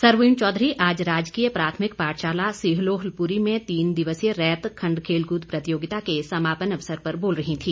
सरवीण चौधरी आज राजकीय प्राथमिक पाठशाला सिहोलपुरी में तीन दिवसीय रैत खंड खेलकृद प्रतियोगिता के समापन अवसर पर बोल रही थी